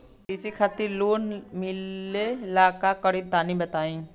कृषि खातिर लोन मिले ला का करि तनि बताई?